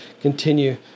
continue